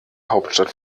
hauptstadt